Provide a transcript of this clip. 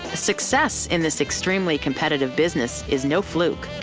ah success in this extremely competitive business is no fluke.